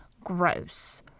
gross